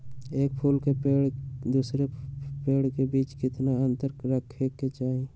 एक फुल के पेड़ के दूसरे पेड़ के बीज केतना अंतर रखके चाहि?